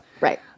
Right